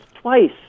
twice